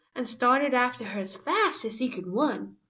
and started after her as fast as he could run.